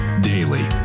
Daily